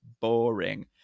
boring